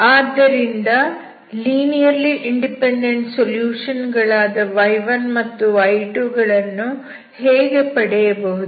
ಆದ್ದರಿಂದ linearly independent solution ಗಳಾದ y1 ಮತ್ತು y2 ಗಳನ್ನು ಹೇಗೆ ಪಡೆಯಬಹುದು